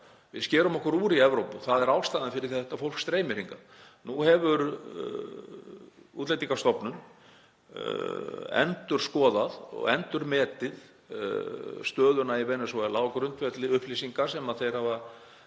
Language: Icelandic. Við skerum okkur úr í Evrópu. Það er ástæðan fyrir því að þetta fólk streymir hingað. Nú hefur Útlendingastofnun endurskoðað og endurmetið stöðuna í Venesúela á grundvelli upplýsinga sem stofnunin hefur